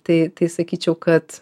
tai tai sakyčiau kad